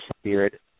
Spirit